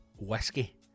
Whiskey